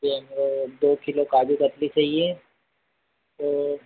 ये हमें दो किलो काजू कतली चाहिए तो